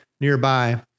nearby